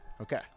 Okay